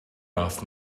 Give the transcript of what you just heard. off